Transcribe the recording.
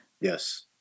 yes